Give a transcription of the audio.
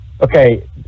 Okay